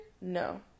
no